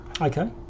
Okay